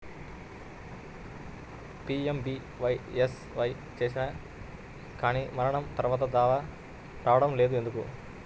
PMBSY చేసినా కానీ మరణం తర్వాత దావా రావటం లేదు ఎందుకు?